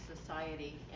society